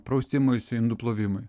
prausimuisi indų plovimui